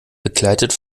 begleitet